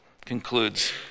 concludes